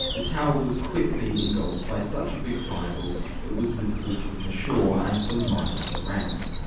the tower was quickly engulfed by such a big fireball it was visible from the shore and for miles around.